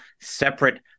separate